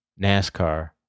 NASCAR